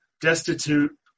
destitute